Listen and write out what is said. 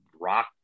rock